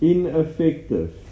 Ineffective